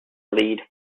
lead